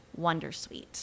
Wondersuite